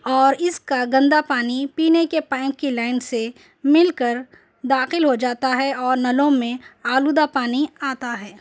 اور اِس کا گندا پانی پینے کے پانئپ کے لین سے مل کر داخل ہو جاتا ہے اور نلوں میں آلودہ پانی آتا ہے